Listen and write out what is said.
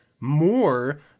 more